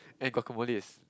and guacamoles